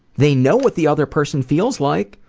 they know what the other person feels like,